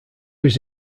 was